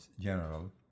General